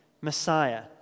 Messiah